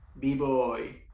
B-boy